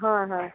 হয় হয়